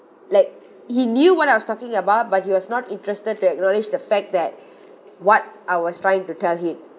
like he knew what I was talking about but he was not interested to acknowledge the fact that what I was trying to tell him